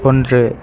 ஒன்று